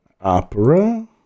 opera